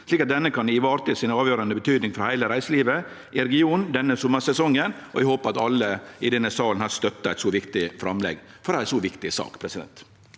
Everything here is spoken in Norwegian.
slik at denne kan ivareta sin avgjørende betydning for hele reiselivet i regionen denne sommersesongen.» Eg håpar at alle i denne salen støttar eit så viktig framlegg for ei så viktig sak. Presidenten